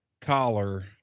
collar